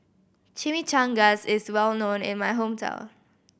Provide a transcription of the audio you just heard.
Chimichangas is well known in my hometown